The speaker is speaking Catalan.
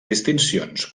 distincions